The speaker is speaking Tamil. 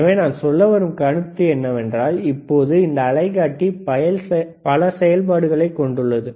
எனவே நான் சொல்ல வரும் கருத்து என்னவென்றால் இப்போது இந்த அலைக்காட்டி பல செயல்பாடுகளைக் கொண்டுள்ளது